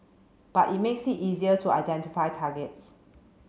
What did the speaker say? but it makes it easier to identify targets